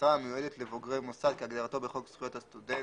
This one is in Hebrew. משרה המיועדת לבוגרי מוסד כהגדרתו בחוק זכויות הסטודנט,